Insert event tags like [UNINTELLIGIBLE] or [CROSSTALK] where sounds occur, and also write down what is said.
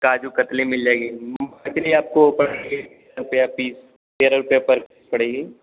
काजू कतली मिल जाएगी मनचली आपको पच्चीस रुपया [UNINTELLIGIBLE] दो पीस तेरह रुपया पर पीस पड़ेगी